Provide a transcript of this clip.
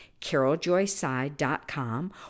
caroljoyside.com